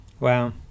Wow